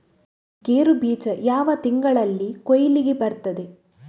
ಗೇರು ಬೀಜ ಯಾವ ತಿಂಗಳಲ್ಲಿ ಕೊಯ್ಲಿಗೆ ಬರ್ತದೆ?